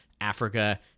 Africa